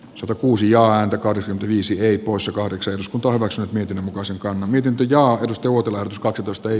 satakuusi ääntä kaksi viisi poissa kahdeksan sukupolvessa tietyn osan kahviteltuja juutilanska tutustui